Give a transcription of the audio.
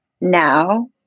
now